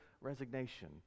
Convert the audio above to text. resignation